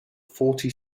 forty